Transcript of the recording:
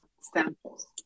samples